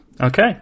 Okay